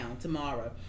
Tomorrow